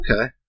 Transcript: okay